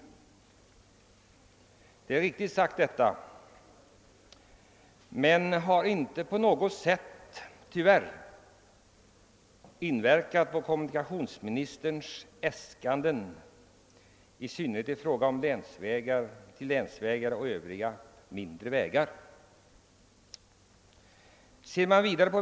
Detta uttalande har tyvärr inte på något sätt påverkat kommunikationsministerns äskanden i fråga om anslag till länsvägar och övriga mindre vägar.